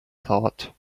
thought